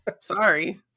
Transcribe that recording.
sorry